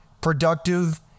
productive